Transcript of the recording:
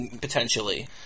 potentially